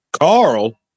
Carl